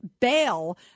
bail